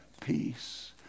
peace